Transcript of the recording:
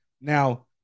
Now